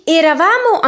eravamo